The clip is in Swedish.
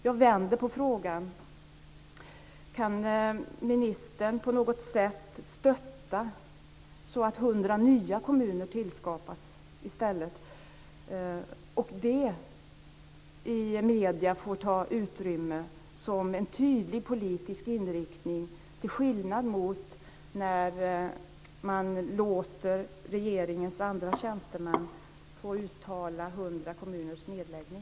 Jag vänder på frågan: Kan ministern på något sätt ge stöd så att 100 nya kommuner tillskapas i stället? Kan det få ta utrymme i medierna som en tydlig politisk inriktning till skillnad mot när man låter regeringens andra tjänstemän få uttala 100 kommuners nedläggning?